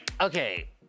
Okay